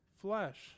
flesh